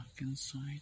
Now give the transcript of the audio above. inside